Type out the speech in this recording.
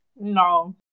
No